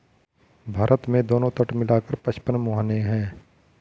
भारत में दोनों तट मिला कर पचपन मुहाने हैं